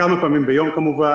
כמה פעמים ביום כמובן,